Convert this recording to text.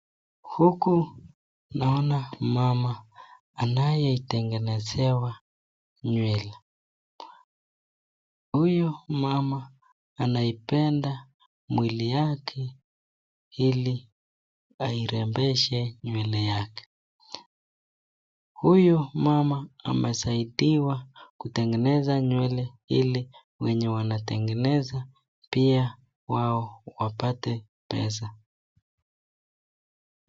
Huku naona mama anayetengenezewa nywele huyu mama anaipenda mwili yake hili airembeshe nywele yake , huyu mama anasaidiwa kutengenezewaa nywele hili wenye wanatengeneza pia wao wapate pesa.